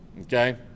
okay